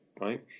Right